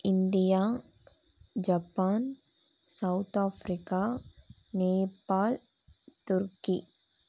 India Japan South Africa Nepal Turkey